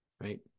right